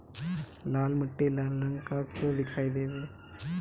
लाल मीट्टी लाल रंग का क्यो दीखाई देबे?